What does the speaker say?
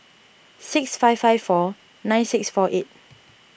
six five five four nine six four eight